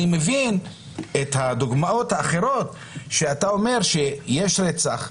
אני מבין את הדוגמאות האחרות, שאתה אומר שיש רצח,